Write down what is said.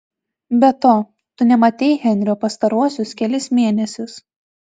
be to tu nematei henrio pastaruosius kelis mėnesius